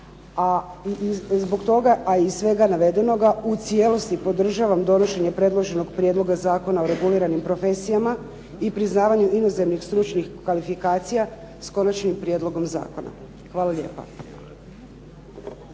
zbog svega navedenoga u cijelosti podržavam donošenje predloženog Prijedloga zakona o reguliranim profesijama i priznavanja inozemnih stručnih kvalifikacija s konačnim prijedlogom zakona. Hvala lijepo.